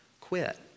quit